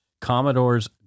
Commodore's